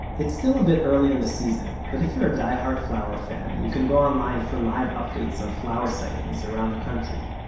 it's still a bit early in the season, but if you're a diehard flower fan, you can go online for live updates on flower sightings around the country.